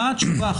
מה התשובה?